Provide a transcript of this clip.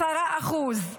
10%;